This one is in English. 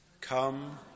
Come